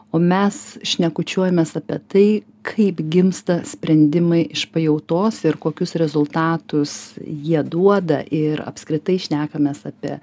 o mes šnekučiuojamės apie tai kaip gimsta sprendimai iš pajautos ir kokius rezultatus jie duoda ir apskritai šnekamės apie